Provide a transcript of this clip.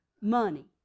money